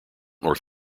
north